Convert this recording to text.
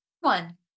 one